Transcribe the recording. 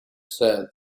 said